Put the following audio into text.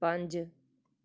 ਪੰਜ